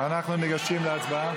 אנחנו ניגשים להצבעה.